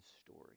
story